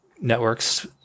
networks